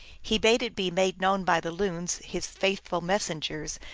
he bade it be made known by the loons, his faithful messengers,